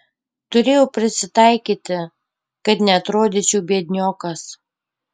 turėjau prisitaikyti kad neatrodyčiau biedniokas